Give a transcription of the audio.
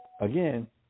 Again